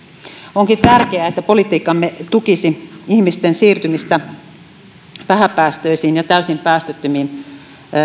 onkin tärkeää että politiikkamme tukisi ihmisten siirtymistä vähäpäästöisiin ja täysin päästöttömiin